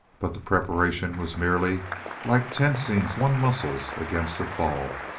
but the preparation was merely like tensing one's muscles against a fall.